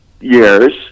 years